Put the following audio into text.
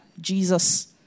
Jesus